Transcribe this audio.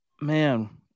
Man